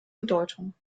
bedeutung